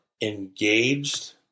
engaged